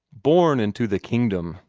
born into the kingdom,